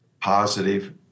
positive